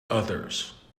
others